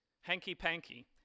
hanky-panky